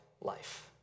life